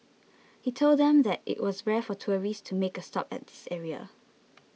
he told them that it was rare for tourists to make a stop at this area